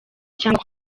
cyangwa